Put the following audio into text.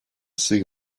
see